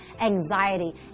anxiety